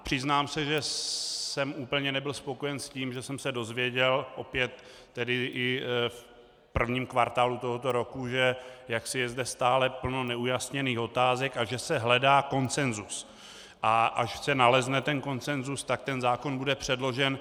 Přiznám se, že jsem úplně nebyl spokojen s tím, že jsem se dověděl opět tedy i v prvním kvartálu tohoto roku, že je zde stále plno neujasněných otázek a že se hledá konsenzus, a až se nalezne ten konsenzus, tak zákon bude předložen.